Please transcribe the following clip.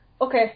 Okay